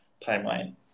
timeline